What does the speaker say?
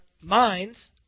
minds